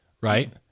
right